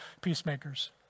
peacemakers